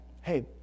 hey